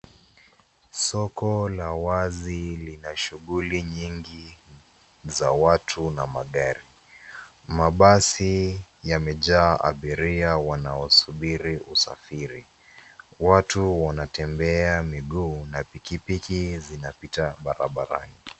Soko la wazi lina shughuli nyingi za watu na magari, mabasi wamejaa abiria wanaosubiri usafiri, watu wanatembea miguu na pikipiki zinapita barabarani.